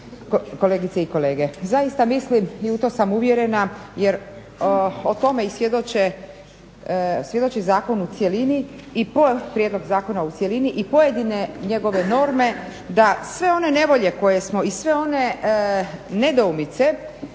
kolegice i kolege. Zaista mislim i u to sam uvjerena jer o tome i svjedoči zakon o cjelini i p prijedlog zakona u cjelini i pojedine njegove nove da sve one nevolje koje smo i sve one nedoumice